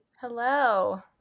Hello